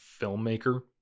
filmmaker